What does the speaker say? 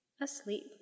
asleep